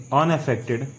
unaffected